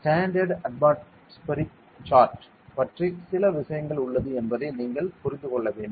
standard atmospheric short பற்றி சில விஷயங்கள் உள்ளது என்பதை நீங்கள் புரிந்து கொள்ள வேண்டும்